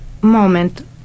moment